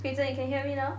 Peizhen you can hear me now